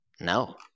No